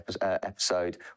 episode